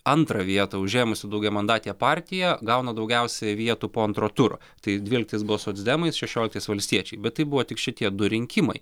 antrą vietą užėmusi daugiamandatėje partija gauna daugiausia vietų po antro turo tai dvyliktais buvo socdemai šešioliktais valstiečiai bet tai buvo tik šitie du rinkimai